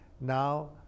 Now